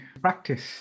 practice